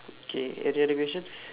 K any other questions